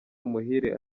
muhire